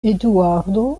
eduardo